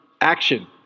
action